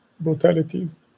brutalities